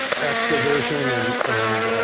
extraversion and and